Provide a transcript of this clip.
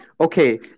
okay